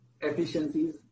efficiencies